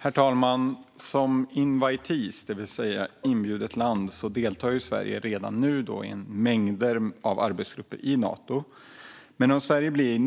Herr talman! Som invitee, det vill säga inbjudet land, deltar Sverige redan i mängder av arbetsgrupper i Nato. Men om Sverige blir